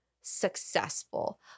successful